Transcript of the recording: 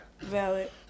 valid